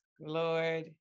Lord